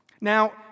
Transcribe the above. Now